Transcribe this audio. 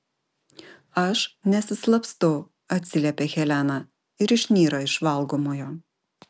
aš nesislapstau atsiliepia helena ir išnyra iš valgomojo